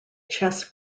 chess